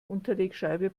unterlegscheibe